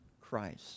Christ